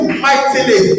mightily